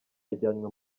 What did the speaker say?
yajyanywe